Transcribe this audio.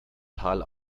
tal